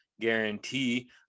guarantee